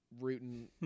rooting